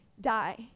die